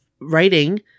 writing